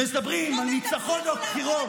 מדברים על ניצחון בבחירות.